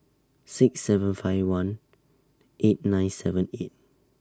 six seven five one eight nine seven eight